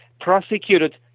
prosecuted